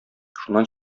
шуннан